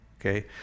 okay